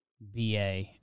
ba